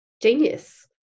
genius